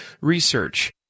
research